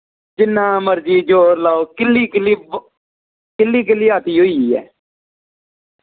जिन्ना मर्जी जोर लाओ किल्ली किल्ली ब किल्ली किल्ली अति होई गेई ऐ